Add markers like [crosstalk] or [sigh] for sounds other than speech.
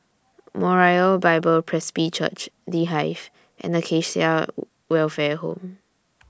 Moriah Bible Presby Church The Hive and Acacia [hesitation] Welfare Home